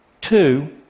Two